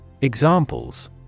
Examples